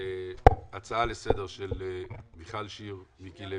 הדיון בהצעה של מיכל שיר, מיקי לוי.